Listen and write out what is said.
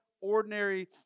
ordinary